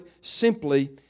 simply